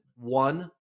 one